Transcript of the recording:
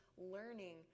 learning